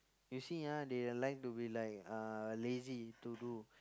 you see ah they like to be like uh lazy to do